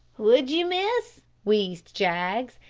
would you, miss? wheezed jaggs,